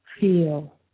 feel